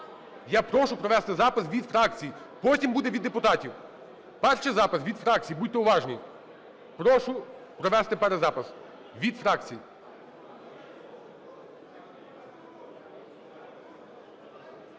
Я прошу провести запис від фракцій, потім буде від депутатів. Перший запис від фракцій, будьте уважні! Прошу провести перезапис. Від фракцій.